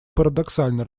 парадоксально